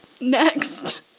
Next